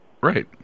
Right